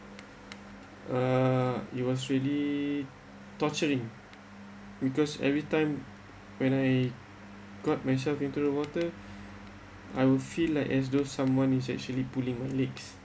uh it was really torturing because every time when I got myself into the water I will feel like as those someone is actually pulling my legs